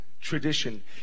Tradition